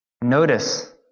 Notice